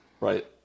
Right